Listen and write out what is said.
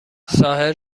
ساحل